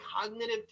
cognitive